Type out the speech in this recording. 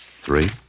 three